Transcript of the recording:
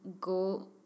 go